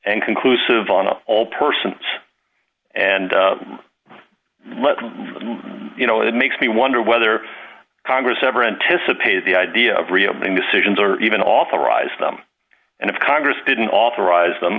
and conclusive on all persons and let you know it makes me wonder whether congress ever anticipated the idea of reopening decisions or even authorized them and if congress didn't authorize them